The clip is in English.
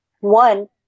one